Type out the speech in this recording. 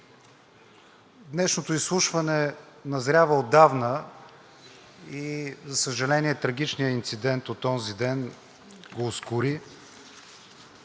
Днешното изслушване назрява отдавна и за съжаление, трагичният инцидент от онзиден го ускори.